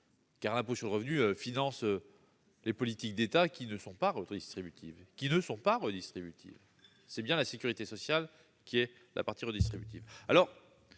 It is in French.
car l'impôt sur le revenu finance les politiques d'État qui ne sont pas redistributives. C'est bien la sécurité sociale qui est la partie redistributive.